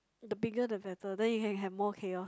the bigger the better then you can have more chaos